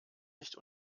nicht